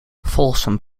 folsom